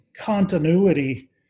continuity